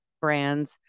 brands